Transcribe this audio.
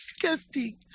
disgusting